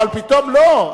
אבל פתאום, לא,